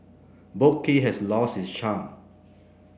Boat Quay has lost its charm